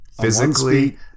physically